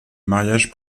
mariage